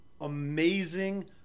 Amazing